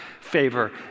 favor